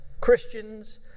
Christians